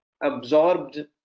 absorbed